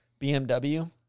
BMW